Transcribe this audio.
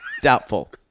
Doubtful